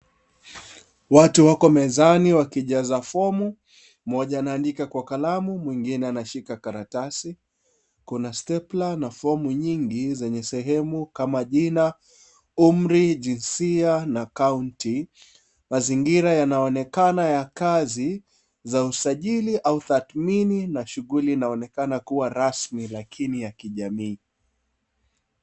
Watu wako mezani wakijaza fomu, mmoja anaandika kwa kalamu mwingine anashika karatasi. Kuna stapler na fomu nyingi zenye sehemu kama jina, umri, jinsia na kaunti. Mazingira yanaonekana ya kazi za usajili au tathmini. Na shughuli inaonekana kuwa rasmi lakini ya kijamii.